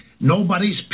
nobody's